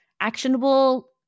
actionable